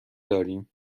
داریم